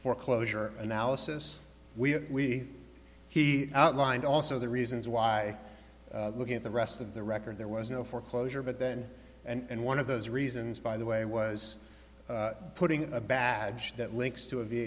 foreclosure analysis we he outlined also the reasons why looking at the rest of the record there was no foreclosure but then and one of those reasons by the way was putting a badge that links to a v